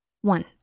One